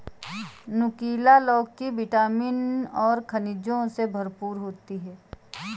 नुकीला लौकी विटामिन और खनिजों से भरपूर होती है